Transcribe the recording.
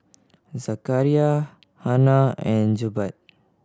Zakaria Hana and Jebat